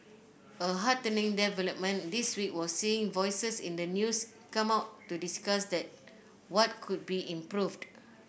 a heartening development this week was seeing voices in the news come out to discussed what could be improved